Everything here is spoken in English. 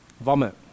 Vomit